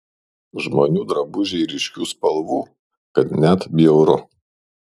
žmonių drabužiai ryškių spalvų kad net bjauru